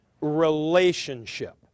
relationship